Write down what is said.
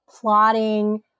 plotting